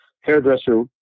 hairdresser